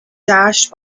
dashed